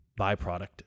byproduct